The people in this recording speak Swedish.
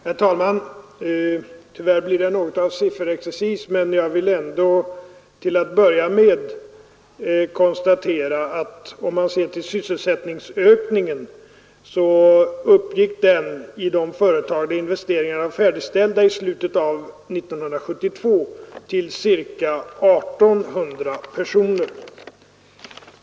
Herr talman! Låt mig konstatera, även om detta blir något av en sifferexercis, att sysselsättningsökningen i de företag där investeringarna var gjorda i slutet av 1972 uppgick till cirka 1 800 personer.